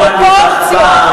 שמעתי אותך פעם,